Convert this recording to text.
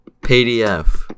Pdf